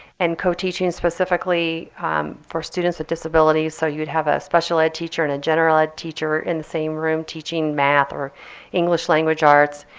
and co-teaching specifically for students with disabilities, so you'd have a special ed teacher and a general ed teacher in the same room teaching math or english language arts.